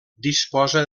disposa